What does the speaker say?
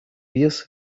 вес